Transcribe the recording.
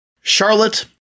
Charlotte